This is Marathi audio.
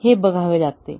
हे बघावे लागते